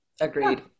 Agreed